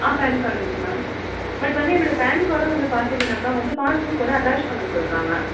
ஆ PAN card இருக்குது ma'am but வந்து என்னுடைய பேன் கார்டும் வந்து பார்த்திங்கன்னாக்க வந்து பாஸ்புக்கோடு அட்டேச் பண்ண சொல்றாங்க